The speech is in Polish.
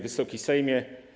Wysoki Sejmie!